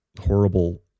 horrible